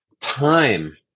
time